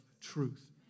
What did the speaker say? truth